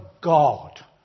God